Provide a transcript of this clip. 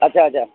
अछा अछा